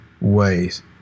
ways